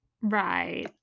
Right